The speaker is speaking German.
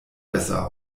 besser